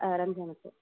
ஆ ரம்ஜானுக்கு